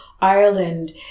Ireland